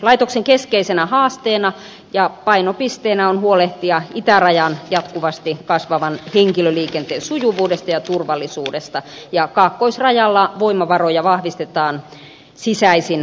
laitoksen keskeisenä haasteena ja painopisteenä on huolehtia itärajan jatkuvasti kasvavan henkilöliikenteen sujuvuudesta ja turvallisuudesta ja kaakkoisrajalla voimavaroja vahvistetaan sisäisin voimavarasiirroin